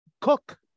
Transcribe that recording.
cook